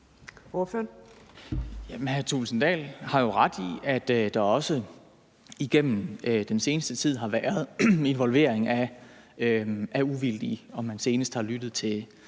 Thulesen Dahl har ret i, at der også igennem den seneste tid har været involvering af uvildig rådgivning, og at man senest har lyttet til